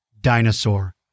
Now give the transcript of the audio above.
dinosaur